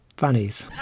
fannies